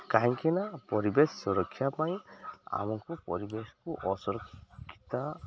କାହିଁକିନା ପରିବେଶ ସୁରକ୍ଷା ପାଇଁ ଆମକୁ ପରିବେଶକୁ ଅସୁରକ୍ଷିତ